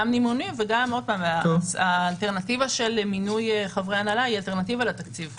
גם מימוני וגם האלטרנטיבה של מינוי חברי הנהלה היא אלטרנטיבה לתקציב.